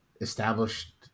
established